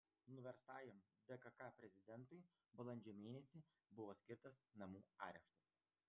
nuverstajam dkk prezidentui balandžio mėnesį buvo skirtas namų areštas